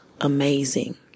amazing